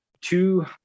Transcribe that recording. two